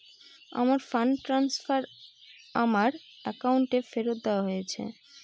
আমার fund transfer আমার অ্যাকাউন্টে ফেরত দেওয়া হয়েছে